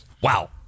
Wow